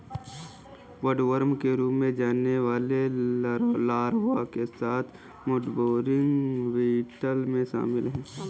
woodworm के रूप में जाने वाले लार्वा के साथ वुडबोरिंग बीटल में शामिल हैं